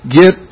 get